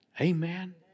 Amen